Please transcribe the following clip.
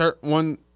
one